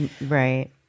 Right